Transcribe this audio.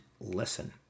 listen